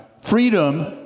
freedom